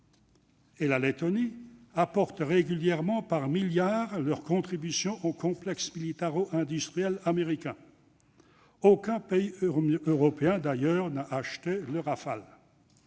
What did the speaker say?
et la Lettonie apportent régulièrement par milliards leur contribution au complexe militaro-industriel américain. Aucun pays de l'Union européenne n'a d'ailleurs acheté de Rafale